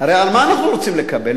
הרי על מה אנחנו רוצים לקבול?